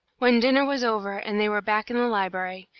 when dinner was over and they were back in the library,